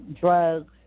drugs